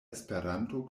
esperanto